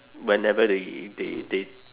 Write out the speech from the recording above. whenever they they they